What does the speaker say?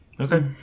Okay